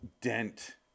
dent